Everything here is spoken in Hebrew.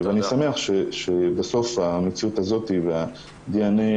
ואני שמח שבסוף המציאות הזאת והדי.אן.איי